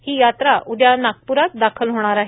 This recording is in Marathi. ही यात्रा उद्या नागप्रात दाखल होणार आहे